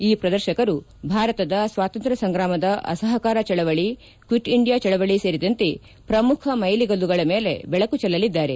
ಈ ಪ್ರದರ್ಶಕರು ಭಾರತದ ಸ್ವಾತಂತ್ರ್ವ ಸಂಗ್ರಾಮದ ಅಸಹಕಾರ ಚಳವಳಿ ಕ್ವಿಟ್ ಇಂಡಿಯಾ ಚಳವಳಿ ಸೇರಿದಂತೆ ಪ್ರಮುಖ ಮ್ನೆಲಿಗಲ್ಲುಗಳ ಮೇಲೆ ಬೆಳಕು ಚೆಲ್ಲಲಿದ್ದಾರೆ